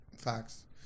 Facts